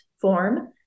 form